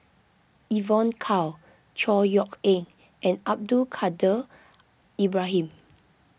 Evon Kow Chor Yeok Eng and Abdul Kadir Ibrahim